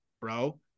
Bro